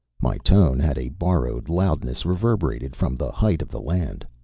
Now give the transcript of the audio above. my tone had a borrowed loudness reverberated from the height of the land.